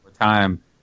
time